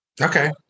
Okay